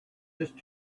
just